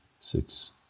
six